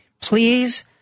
please